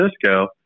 Francisco